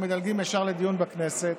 ומדלגים ישר לדיון בכנסת.